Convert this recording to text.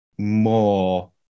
more